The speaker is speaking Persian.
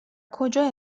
کجا